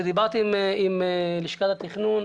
ודיברתי עם לשכת התכנון,